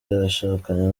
yarashakanye